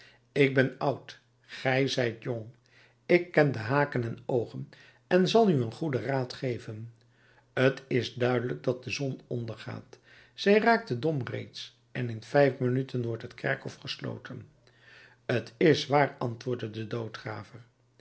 ik ben oud gij zijt jong ik ken de haken en oogen en zal u een goeden raad geven t is duidelijk dat de zon ondergaat zij raakt den dom reeds en in vijf minuten wordt het kerkhof gesloten t is waar antwoordde de